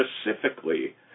specifically